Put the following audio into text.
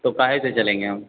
तो काहे से चलेंगे हम